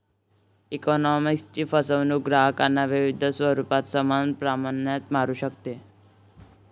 ईकॉमर्सची फसवणूक ग्राहकांना विविध स्वरूपात समान प्रमाणात मारू शकते